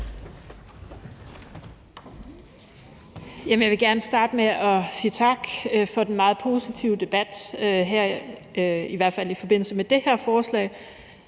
jeg vil gerne starte med at sige tak for den meget positive debat her, i hvert fald i forbindelse med det her forslag.